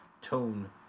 tone